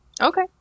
Okay